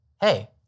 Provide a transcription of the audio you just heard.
hey